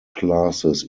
classes